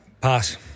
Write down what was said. Pass